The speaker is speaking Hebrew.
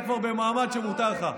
אתה כבר במעמד שמותר לך.